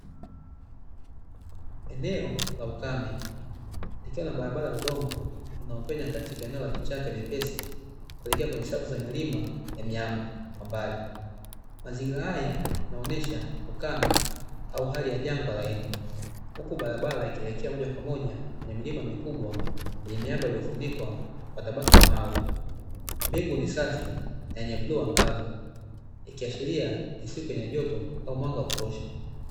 Eneo la ukame likiwa na barabara ya udongo inayopenya katika eneo la kichaka vyepesi kuelekea kwenye safu za milima ya miamba kwa mbali. Mazingira haya yanaonyesha ukame au hali ya jangwa laini, huku barabara ikielekea moja kwa moja kwenye milima mikubwa yenye miamba iliyofunikwa kwa tabaka la mawe. Mbingu ni safi lenye bluu angavu ikiashiria ni siku yenye joto au mwanga wa kutosha